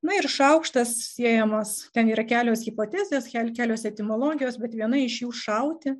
na ir šaukštas siejamas ten yra kelios hipotezės kelios etimologijos bet viena iš jų šauti